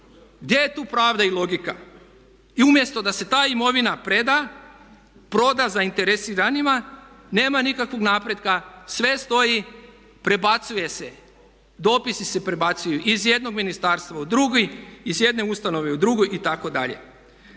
Gdje je tu pravda i logika? I umjesto da se ta imovina preda, proda zainteresiranima nema nikakvog napretka, sve stoji, prebacuje se. Dopisi se prebacuju iz jednog ministarstva u drugi, iz jedne ustanove u drugu itd..